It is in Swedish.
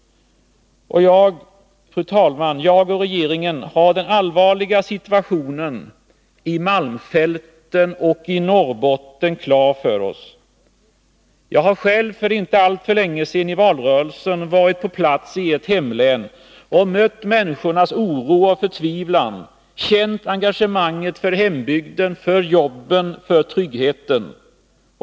Fru talman! Vi har i regeringen den allvarliga situationen i malmfälten och i Norrbotten klar för oss. För inte alltför länge sedan har jag själv i valrörelsen varit på plats i ert hemlän och mött människornas oro och förtvivlan, känt engagemanget för hembygden, för jobben och för tryggheten.